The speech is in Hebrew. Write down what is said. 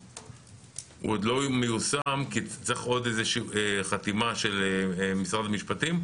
הוא עוד לא מיושם כי צריך עוד חתימה של משרד המשפטים,